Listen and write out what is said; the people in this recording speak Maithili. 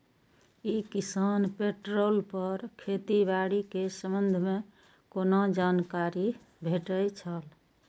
ई किसान पोर्टल पर खेती बाड़ी के संबंध में कोना जानकारी भेटय छल?